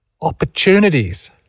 opportunities